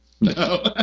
No